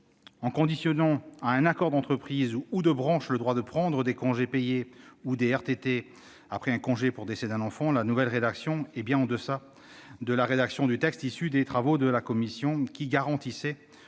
En conditionnant à un accord d'entreprise ou de branche le droit de prendre des congés payés ou des jours de RTT après un congé pour décès d'un enfant, la nouvelle rédaction adoptée par l'Assemblée nationale est bien en deçà de la rédaction du texte issu des travaux de sa commission, qui garantissait